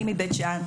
אני מבית-שאן,